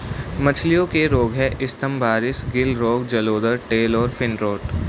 मछलियों के रोग हैं स्तम्भारिस, गिल रोग, जलोदर, टेल और फिन रॉट